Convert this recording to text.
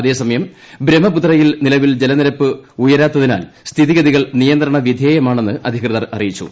അതേസമയം ബ്രഹ്മപുത്രയിൽ നിലവിൽ ജലനിരപ്പ് ഉയരാത്തതിനാൽ സ്ഥിതിഗതികൾ നിയന്ത്രണ വിധേയമാണെന്ന് അധികൃതർ അറിയിച്ചു